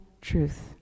truth